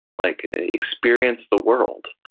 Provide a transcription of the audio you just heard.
like experience the world.